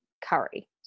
curry